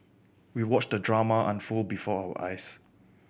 we watched the drama unfold before our eyes